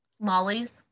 Molly's